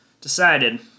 decided